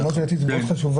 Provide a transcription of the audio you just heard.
השאלה מאוד שאלתית וחשובה.